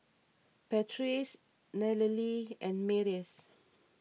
Patrice Nallely and Marius